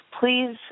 please